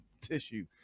tissue